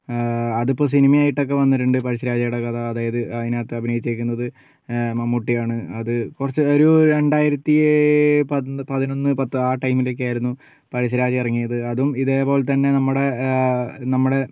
അതിപ്പോൾ സിനിമ ആയിട്ടൊക്കെ വന്നിട്ടുണ്ട് പഴശ്ശിരാജയുടെ കഥ അതായത് അതിനകത്ത് അഭിനയിച്ചിരിക്കുന്നത് മമ്മൂട്ടിയാണ് അത് കുറച്ച് ഒരു രണ്ടായിരത്തി പതിനൊന്ന് പത്ത് ആ ടൈമിലൊക്കെയായിരുന്നു പഴശ്ശിരാജ ഇറങ്ങിയത് അതും ഇതേപോലെ തന്നേ നമ്മുടെനമ്മുടെ